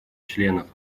членов